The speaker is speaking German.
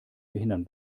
behindern